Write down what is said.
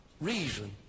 reason